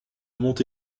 mont